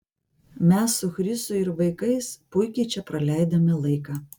mes su chrisu ir vaikais puikiai čia praleidome laiką